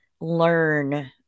learn